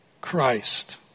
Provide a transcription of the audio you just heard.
Christ